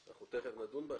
אנחנו תכף נדון בה.